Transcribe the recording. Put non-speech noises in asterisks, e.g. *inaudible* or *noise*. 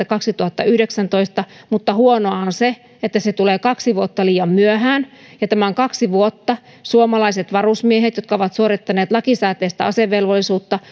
*unintelligible* kaksituhattayhdeksäntoista mutta huonoa on se että se tulee kaksi vuotta liian myöhään tämän kaksi vuotta suomalaiset varusmiehet jotka ovat suorittaneet lakisääteistä asevelvollisuutta *unintelligible*